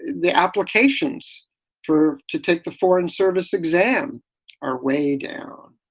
the applications for to take the foreign service exam are way down.